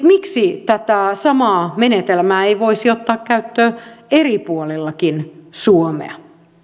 miksi tätä samaa menetelmää ei voisi ottaa käyttöön eri puolilla suomea